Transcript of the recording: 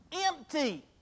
empty